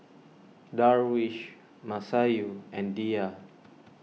Darwish Masayu and Dhia